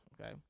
okay